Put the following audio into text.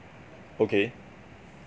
okay